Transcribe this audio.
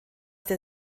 der